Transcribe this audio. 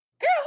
girl